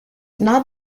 not